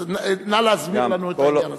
נא להסביר לנו את העניין הזה.